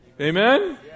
Amen